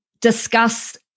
discuss